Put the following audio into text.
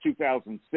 2006